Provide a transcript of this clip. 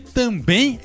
também